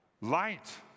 light